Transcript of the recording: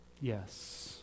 Yes